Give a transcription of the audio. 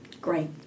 Great